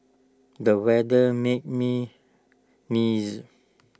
the weather made me neeze